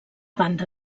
banda